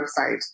website